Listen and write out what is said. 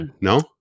no